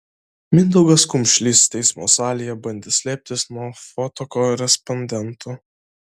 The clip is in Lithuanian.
mindaugas kumšlys teismo salėje bandė slėptis nuo fotokorespondentų